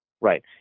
Right